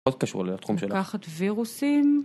‫מאוד קשור לתחום שלה. ‫-לקחת וירוסים.